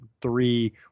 three